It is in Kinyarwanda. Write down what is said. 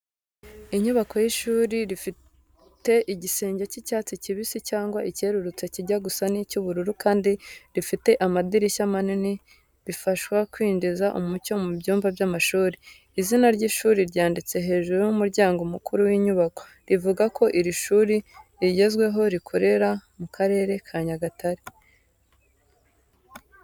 Inyubako y’ishuri rifite igisenge cy’icyatsi kibisi cyangwa icyerurutse kijya gusa n'icy’ubururu kandi rifite amadirishya manini bifasha kwinjiza umucyo mu byumba by’amashuri. Izina ry’ishuri ryanditse hejuru y’umuryango mukuru w’inyubako, rivuga ko ari ishuri rigezweho rikorera mu Karere ka Nyagatare.